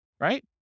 Right